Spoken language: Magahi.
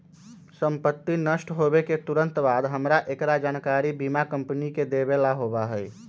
संपत्ति नष्ट होवे के तुरंत बाद हमरा एकरा जानकारी बीमा कंपनी के देवे ला होबा हई